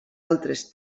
altres